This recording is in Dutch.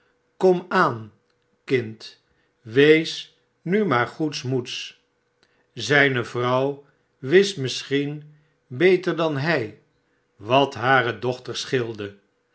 kom aan kind wees nu maar goedsmoeds zijne vrouw wist misschien beter dan hij wat hare dochter scheelde